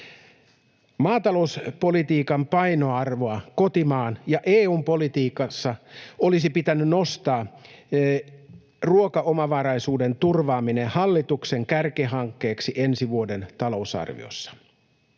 Maatalouspolitiikan painoarvoa kotimaan ja EU:n politiikassa olisi pitänyt nostaa: ruokaomavaraisuuden turvaaminen hallituksen kärkihankkeeksi ensi vuoden talousarviossa.